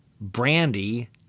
Brandy